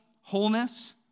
wholeness